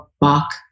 Bach